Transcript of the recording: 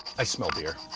i smell beer.